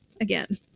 again